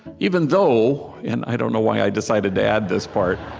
even though and i don't know why i decided to add this part